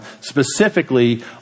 specifically